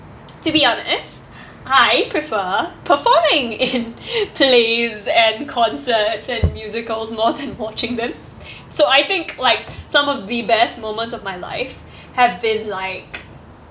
to be honest I prefer performing in plays and concerts and musicals more than watching them so I think like some of the best moments of my life have been like